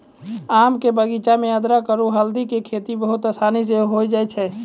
आम के बगीचा मॅ अदरख आरो हल्दी के खेती बहुत आसानी स होय जाय छै